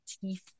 teeth